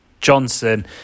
Johnson